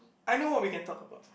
I know what we can talk about